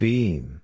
Beam